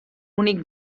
únic